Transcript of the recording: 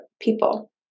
people